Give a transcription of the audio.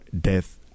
death